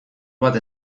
bat